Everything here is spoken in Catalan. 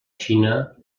xina